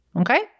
okay